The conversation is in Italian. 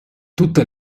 tutte